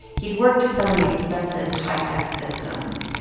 he'd worked selling expensive high-tech systems,